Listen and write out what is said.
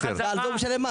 ועל זה הוא משלם מס.